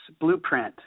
blueprint